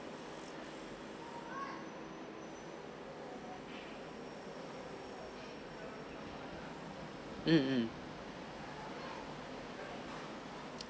mmhmm